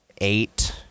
eight